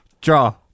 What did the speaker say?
Draw